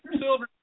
silver